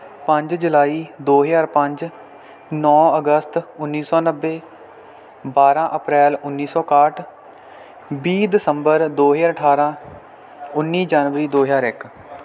ਪੰਜ ਜੁਲਾਈ ਦੋ ਹਜ਼ਾਰ ਪੰਜ ਨੌ ਅਗਸਤ ਉੱਨੀ ਸੌ ਨੱਬੇ ਬਾਰ੍ਹਾਂ ਅਪ੍ਰੈਲ ਉੱਨੀ ਸੌ ਇਕਾਹਠ ਵੀਹ ਦਸੰਬਰ ਦੋ ਹਜ਼ਾਰ ਅਠਾਰ੍ਹਾਂ ਉੱਨੀ ਜਨਵਰੀ ਦੋ ਹਜ਼ਾਰ ਇੱਕ